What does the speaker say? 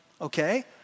okay